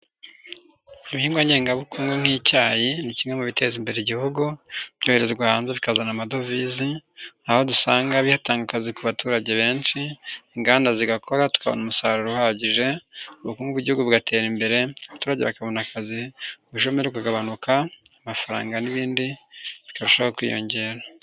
Ibihingwa ngengabukungu nk'icyayi, ni kimwe mu biteza imbere igihugu, byoherezwa hanze bikazana amadovize, aho dusanga bihatanga akazi ku baturage benshi, inganda zigakora tukabona umusaruro uhagije, ubukungu bw'igihugu bugatera imbere, abaturage bakabona akazi, ubushomeri kakagabanuka, amafaranga n'ibindi bikarushaho kwiyongera.